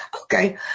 Okay